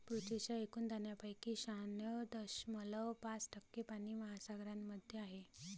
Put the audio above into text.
पृथ्वीच्या एकूण पाण्यापैकी शहाण्णव दशमलव पाच टक्के पाणी महासागरांमध्ये आहे